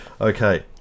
Okay